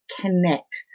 connect